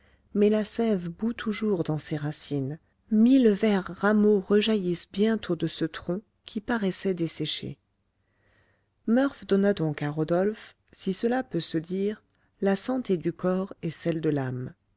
mais la sève bout toujours dans ses racines mille verts rameaux rejaillissent bientôt de ce tronc qui paraissait desséché murph donna donc à rodolphe si cela peut se dire la santé du corps et celle de l'âme